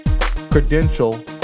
credential